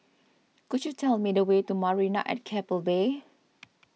could you tell me the way to Marina at Keppel Bay